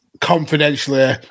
confidentially